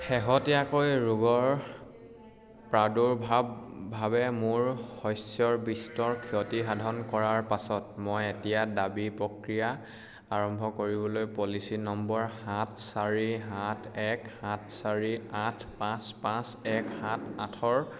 শেহতীয়াকৈ ৰোগৰ প্ৰাদুৰ্ভাৱ ভাৱে মোৰ শস্যৰ বিস্তৰ ক্ষতি সাধন কৰাৰ পাছত মই এতিয়া দাবী প্ৰক্ৰিয়া আৰম্ভ কৰিবলৈ পলিচী নম্বৰ সাত চাৰি সাত এক সাত চাৰি আঠ পাঁচ পাঁচ এক সাত আঠৰ